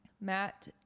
Matt